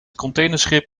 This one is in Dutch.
containerschip